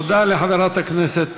תודה לחברת הכנסת